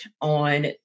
on